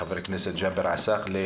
לחבר הכנסת ג'אבר עסאקלה,